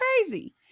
crazy